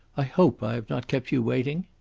i hope i have not kept you waiting.